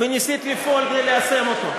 וניסית לפעול כדי ליישם אותו.